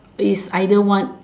it is either one